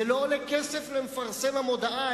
זה לא עולה כסף למפרסם המודעה,